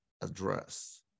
address